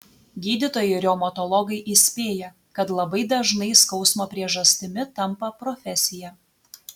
gydytojai reumatologai įspėja kad labai dažnai skausmo priežastimi tampa profesija